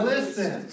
Listen